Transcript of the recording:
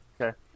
Okay